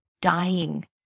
dying